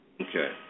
Okay